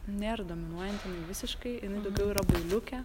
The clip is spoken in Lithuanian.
nėr dominuojanti jinai visiškai jinai daugiau yra bailiukė